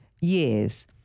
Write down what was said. years